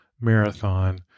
marathon